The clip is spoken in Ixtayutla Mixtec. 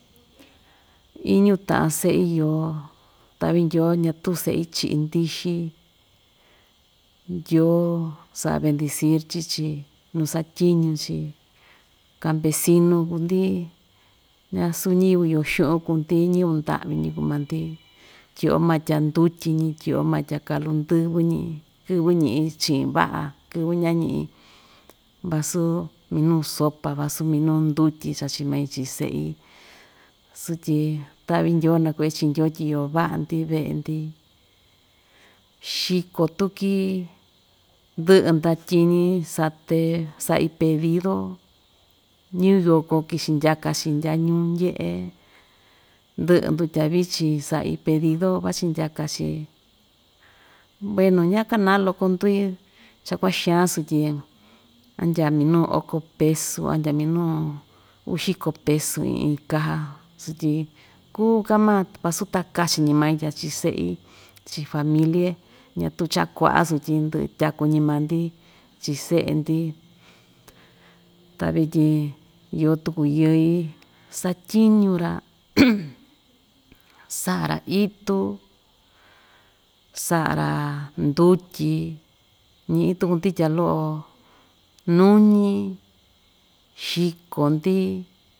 Iñu taꞌan seꞌi iyo taꞌvi ndyoo ñatuu seꞌi chiꞌi ndixi, ndyoo saꞌa bendicir chii‑chi nuu satyiñu‑chi capesinu kuu‑ndi ñasuu ñayɨvɨ iyo xuꞌun kuu‑ndi ñiyɨvɨ ndaꞌvi‑ñi ku‑maa‑ndi tyiꞌyo maa tya ndutyiñi tyiꞌyo maa tya kalu ndɨvɨ‑ñi kɨvɨ ñiꞌi chiꞌin vaꞌa, kɨvɨ ña‑ñiꞌin vasu minuu sopa vasu minuu ndutyi chachi mai chiꞌin seꞌi sutyi taꞌvi ndyoo nakuꞌve chii ndyoo tyi iyo vaꞌa‑ndi veꞌe‑ndi, xiko tuki ndɨꞌɨ ndatyiñi sate saꞌi pedido ñiyoko kichindyaka‑chi tyaa ñuu ndyeꞌe ndɨꞌɨ ndutya vichin saꞌi pedido vachi ndyaka‑chi bueno ña‑kanaa loko‑ndui cha kuaxan sutyi andya minuu oko pesu andya minuu uxico pesu iin iin caja sutyi kuu‑ka‑maa vasu ta kachi‑ñi mai tya chiꞌin seꞌi chiꞌin familie ñatuu cha‑kuaꞌa sutyi ndɨꞌɨ tyaku‑ñi maa‑ndi chiꞌin seꞌe‑ndi, ta vityin iyo tuku yɨi satyiñu‑ra saꞌa‑ra itu saꞌa‑ra ndutyi ñiꞌi tuku‑ndi tya loꞌo nuñi xiko‑ndi.